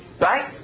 right